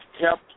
kept